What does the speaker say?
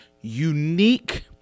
unique